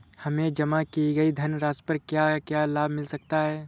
हमें जमा की गई धनराशि पर क्या क्या लाभ मिल सकता है?